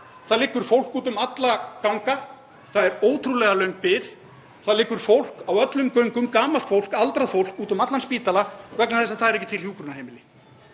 Það liggur fólk úti um alla ganga og það er ótrúlega löng bið. Það liggur fólk á öllum göngum, gamalt fólk, aldrað fólk, úti um allan spítala vegna þess að það eru ekki til hjúkrunarheimili.